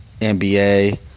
NBA